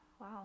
Wow